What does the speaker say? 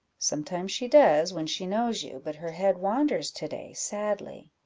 sometimes she does, when she knows you but her head wanders to-day sadly.